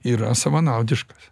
yra savanaudiškas